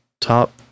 Top